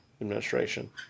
Administration